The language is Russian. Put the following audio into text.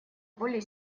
более